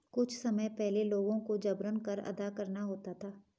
कुछ समय पहले लोगों को जबरन कर अदा करना होता था